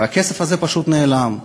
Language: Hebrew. אבל הכסף הזה פשוט נעלם,